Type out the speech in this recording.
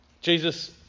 Jesus